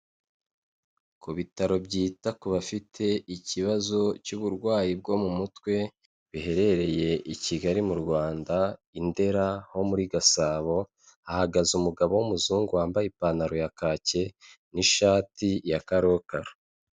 Ku bitaro byita ku bafite ikibazo cy'uburwayi bwo mu mutwe, biherereye i Kigali mu Rwanda, i Ndera ho muri Gasabo, hahagaze umugabo w'umuzungu wambaye ipantaro ya kake n'ishati ya karoka.